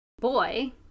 boy